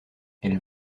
elle